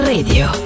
Radio